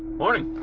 morning!